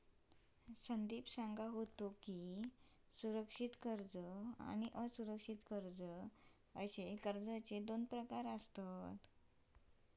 संदीप सांगा होतो की, सुरक्षित कर्ज आणि असुरक्षित कर्ज अशे कर्जाचे दोन प्रकार आसत